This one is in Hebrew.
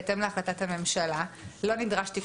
לפי החלטת הממשלה,